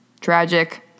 Tragic